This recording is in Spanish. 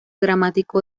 dramático